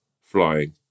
flying